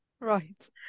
Right